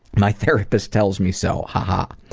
my therapist tells me so, ha ha.